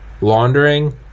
laundering